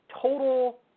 total